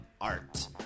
art